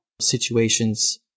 situations